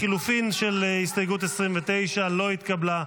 לחלופין של הסתייגות 29 לא התקבלה.